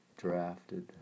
Drafted